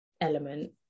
element